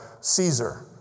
Caesar